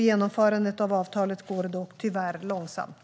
Genomförandet av avtalet går dock tyvärr långsamt.